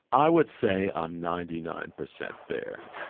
i would say i'm ninety nine percent there.